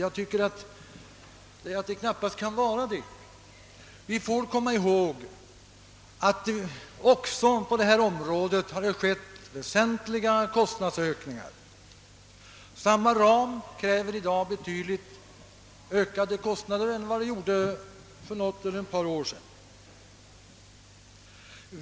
Enligt min mening kan det knappast vara det, ty vi får komma ihåg att det också på det här området skett väsentliga kostnadsökningar. Samma verksamhetsram drar i dag betydligt högre kostnader än för ett par år sedan.